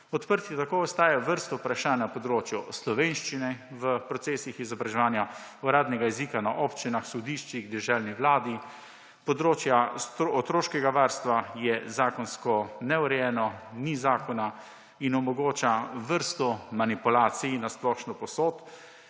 Odprta tako ostaja vrsta vprašanj na področju slovenščine v procesih izobraževanja, uradnega jezika na občinah, sodiščih, deželni vladi, področja otroškega varstva je zakonsko neurejeno, ni zakona in omogoča vrsto manipulacij na splošno povsod,